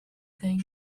going